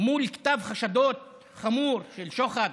מול כתב חשדות חמור של שוחד,